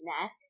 neck